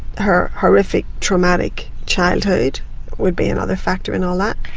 her horrific traumatic childhood would be another factor in all that.